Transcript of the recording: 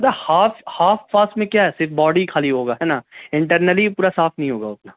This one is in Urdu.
ارا ہاف ہاف فاسٹ میں کیا ہے صرف باڈی خالی ہوگا ہے نا انٹرنلی ہی پورا صاف نہیں ہوگا اتنا